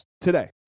today